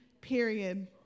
period